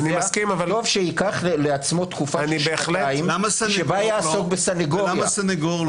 טוב שייקח לעצמו תקופה של שנתיים בה יעסוק בסניגוריה.